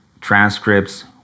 transcripts